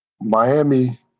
Miami